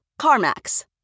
CarMax